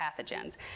pathogens